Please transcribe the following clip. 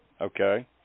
Okay